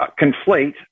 conflate